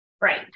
Right